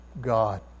God